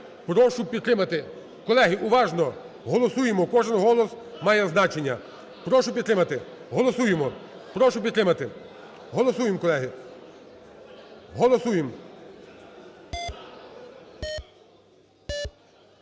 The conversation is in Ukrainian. Прошу підтримати. Колеги, уважно голосуємо. Кожен голос має значення. Прошу підтримати. Голосуємо. Прошу підтримати. Голосуємо, колеги. Голосуємо.